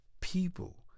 people